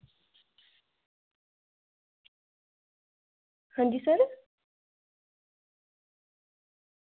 अंजी सर